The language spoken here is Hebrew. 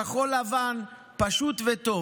כחול-לבן פשוט וטוב.